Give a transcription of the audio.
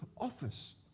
office